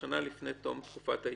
שנה לפני תום תקופת ההתיישנות.